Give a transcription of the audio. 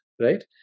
right